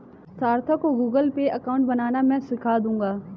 सार्थक को Google Pay account बनाना मैं सीखा दूंगा